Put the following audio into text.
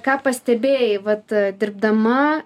ką pastebėjai vat dirbdama